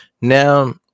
Now